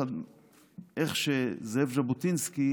איך שזאב ז'בוטינסקי